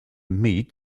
meet